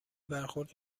برخورد